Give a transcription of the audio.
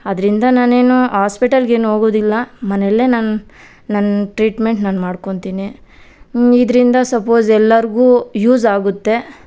ಅದರಿಂದ ನಾನೇನೂ ಹಾಸ್ಪಿಟಲ್ಗೇನೂ ಹೋಗದಿಲ್ಲ ಮನೆಯಲ್ಲೇ ನನ್ನ ನನ್ನ ಟ್ರೀಟ್ಮೆಂಟ್ ನಾನು ಮಾಡ್ಕೊತೀನಿ ಇದರಿಂದ ಸಪೋಸ್ ಎಲ್ಲರಿಗೂ ಯೂಸ್ ಆಗುತ್ತೆ